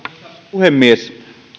puhemies